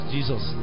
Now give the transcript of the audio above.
Jesus